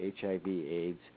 HIV-AIDS